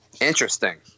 Interesting